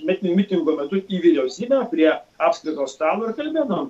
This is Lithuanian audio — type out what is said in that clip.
bet ne mitingo metu į vyriausybę prie apskrito stalo ir kalbėdavom